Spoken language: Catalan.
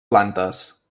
plantes